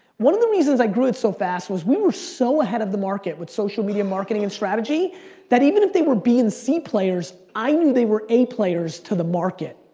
one of the reasons i grew it so fast was we were so ahead of the market with social media marketing and strategy that even if they were b and c players, i knew they were a players to the market.